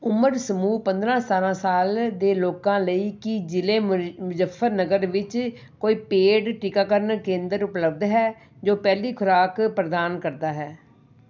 ਉਮਰ ਸਮੂਹ ਪੰਦਰਾਂ ਸਤਾਰਾਂ ਸਾਲ ਦੇ ਲੋਕਾਂ ਲਈ ਕੀ ਜ਼ਿਲ੍ਹੇ ਮੁਰੀ ਮੁਜ਼ੱਫਰਨਗਰ ਵਿੱਚ ਕੋਈ ਪੇਡ ਟੀਕਾਕਰਨ ਕੇਂਦਰ ਉਪਲਬਧ ਹੈ ਜੋ ਪਹਿਲੀ ਖੁਰਾਕ ਪ੍ਰਦਾਨ ਕਰਦਾ ਹੈ